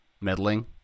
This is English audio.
meddling